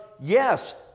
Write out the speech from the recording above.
yes